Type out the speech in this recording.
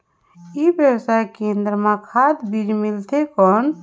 ई व्यवसाय केंद्र मां खाद बीजा मिलथे कौन?